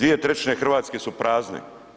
2/3 Hrvatske su prazne.